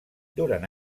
durant